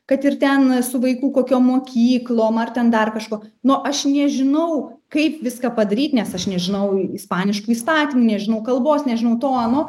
kad ir ten su vaikų kokiom mokyklom ar ten dar kažkuo nu aš nežinau kaip viską padaryt nes aš nežinau ispaniškų įstatymų nežinau kalbos nežinau tono